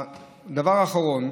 דבר אחרון,